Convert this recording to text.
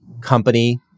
company